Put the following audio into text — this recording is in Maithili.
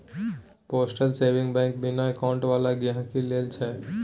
पोस्टल सेविंग बैंक बिना अकाउंट बला गहिंकी लेल छै